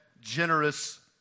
generous